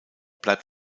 bleibt